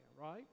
right